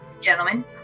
Gentlemen